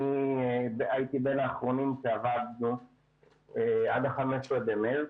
אני הייתי בין האחרונים שעבדו עד ה-15 במרץ.